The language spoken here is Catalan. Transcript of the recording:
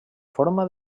forma